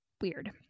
weird